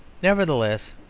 nevertheless,